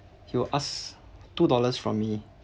he will ask two dollars from me